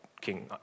King